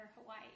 Hawaii